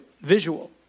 visual